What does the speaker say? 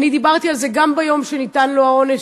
אני דיברתי על זה גם ביום שניתן לו העונש,